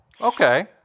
Okay